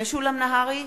משולם נהרי,